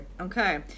okay